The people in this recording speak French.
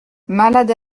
malade